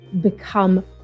become